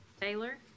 Taylor